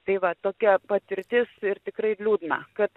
tai va tokia patirtis ir tikrai liūdna kad